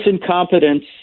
incompetence